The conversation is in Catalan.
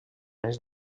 anys